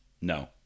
No